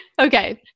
okay